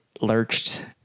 lurched